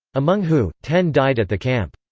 among who, ten died at the camp.